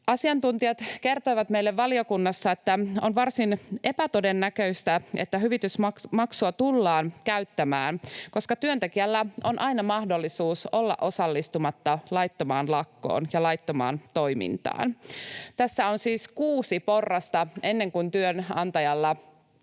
Asiantuntijat kertoivat meille valiokunnassa, että on varsin epätodennäköistä, että hyvitysmaksua tullaan käyttämään, koska työntekijällä on aina mahdollisuus olla osallistumatta laittomaan lakkoon ja laittomaan toimintaan. Tässä on siis kuusi porrasta ennen kuin työnantajalla on